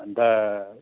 अन्त